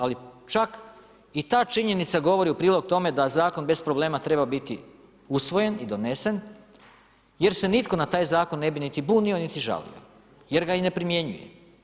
Ali čak i ta činjenica govori u prilog tome da zakon bez problema treba biti usvojen i donesen jer se nitko na taj zakon ne bi niti bunio, niti žalio, jer ga i ne primjenjuje.